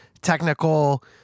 technical